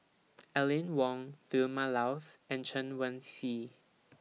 Aline Wong Vilma Laus and Chen Wen Hsi